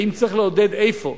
האם צריך לעודד, איפה?